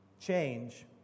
Change